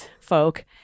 folk